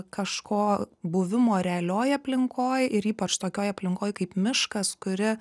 kažko buvimo realioj aplinkoj ir ypač tokioj aplinkoj kaip miškas kuri